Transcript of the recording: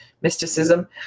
mysticism